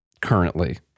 currently